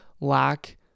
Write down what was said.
lack